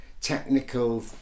technical